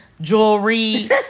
jewelry